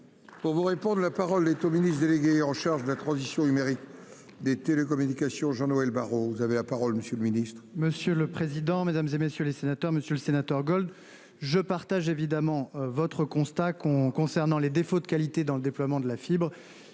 Pour vous répondre. La parole est au ministre délégué en charge de la transition numérique des télécommunications Jean-Noël Barrot vous avez la parole. Le ministre, monsieur le président, Mesdames, et messieurs les sénateurs, Monsieur le Sénateur Gold je partage évidemment votre constat con concernant les défauts de qualité dans le déploiement de la fibre